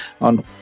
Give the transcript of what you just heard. on